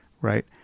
right